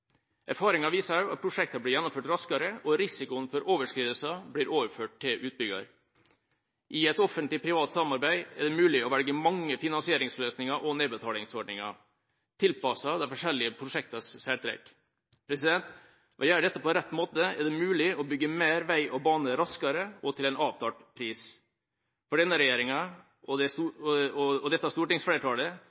Erfaringene viser også at prosjektene blir gjennomført raskere, og risikoen for overskridelser blir overført til utbygger. I et Offentlig Privat Samarbeid er det mulig å velge mange finansieringsløsninger og nedbetalingsordninger tilpasset de forskjellige prosjektenes særtrekk. Ved å gjøre dette på riktig måte er det mulig å bygge mer vei og bane raskere og til en avtalt pris. For denne regjeringa og for dette stortingsflertallet